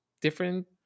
different